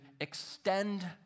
extend